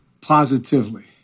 positively